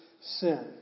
sin